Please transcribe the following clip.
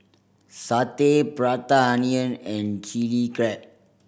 satay Prata Onion and Chili Crab